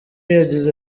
yagize